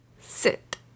sit